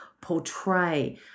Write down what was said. portray